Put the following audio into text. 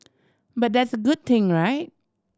but that's good thing right